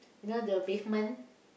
you know the basement